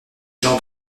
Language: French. jean